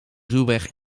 ruwweg